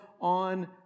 on